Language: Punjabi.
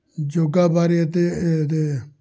ਯੋਗਾ ਬਾਰੇ ਅਤੇ ਇਹਦੇ